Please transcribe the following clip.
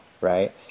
right